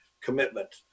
commitment